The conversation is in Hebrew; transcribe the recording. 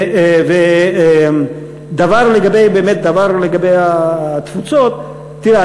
דבר לגבי התפוצות: תראה,